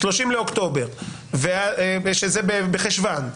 30 באוקטובר, שזה בחשוון.